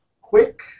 quick